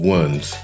ones